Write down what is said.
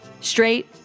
Straight